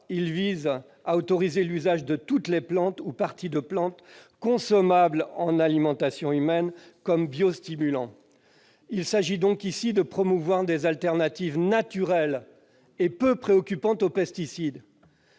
Il tend à autoriser l'usage de toutes les plantes ou parties de plantes consommables dans l'alimentation humaine comme biostimulants. Il s'agit de promouvoir des alternatives naturelles aux pesticides,